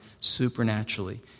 supernaturally